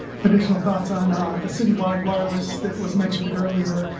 additional thoughts on ah the citywide wireless that was mentioned earlier.